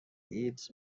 ایدز